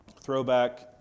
Throwback